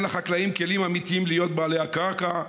לחקלאים כלים אמיתיים להיות בעלי הקרקע,